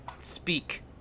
Speak